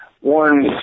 one